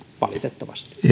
valitettavasti